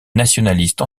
nationalistes